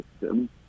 system